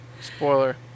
Spoiler